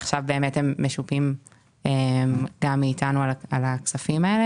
עכשיו הם משופים גם מאיתנו על הכספים האלה.